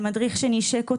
על מדריך שנישק אותה,